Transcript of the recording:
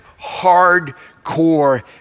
hardcore